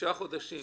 תשעה חודשים